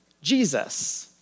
Jesus